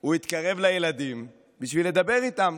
הוא התקרב לילדים בשביל לדבר איתם,